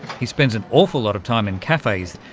he spends an awful lot of time in cafes